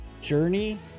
journey